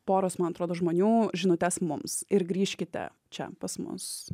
poros man atrodo žmonių žinutes mums ir grįžkite čia pas mus